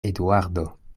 eduardo